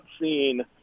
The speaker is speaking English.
seen